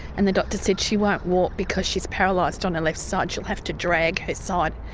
and the doctor said, she won't walk because she's paralysed on her left side. she'll have to drag her side.